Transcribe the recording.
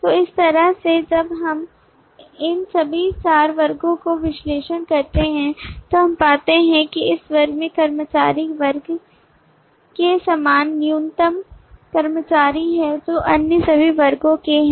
तो इस तरह से जब हम इन सभी चार वर्गों का विश्लेषण करते हैं तो हम पाते हैं कि इस वर्ग में कर्मचारी वर्ग के सामान्य न्यूनतम कर्मचारी हैं जो अन्य सभी वर्गों के हैं